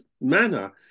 manner